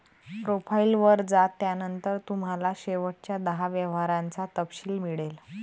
profile वर जा, त्यानंतर तुम्हाला शेवटच्या दहा व्यवहारांचा तपशील मिळेल